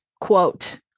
quote